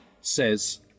says